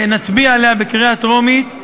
נצביע עליה בקריאה טרומית,